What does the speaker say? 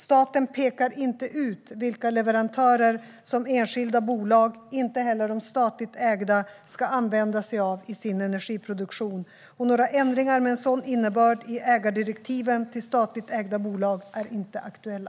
Staten pekar inte ut vilka leverantörer som enskilda bolag - inte heller de statligt ägda - ska använda sig av i sin energiproduktion. Några ändringar med en sådan innebörd i ägardirektiven till statligt ägda bolag är inte aktuella.